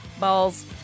Balls